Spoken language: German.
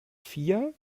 vier